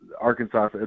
Arkansas